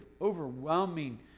overwhelming